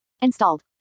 Installed